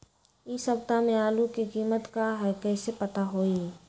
इ सप्ताह में आलू के कीमत का है कईसे पता होई?